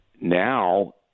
now